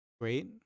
great